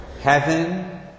heaven